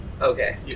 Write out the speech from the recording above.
Okay